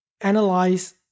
analyze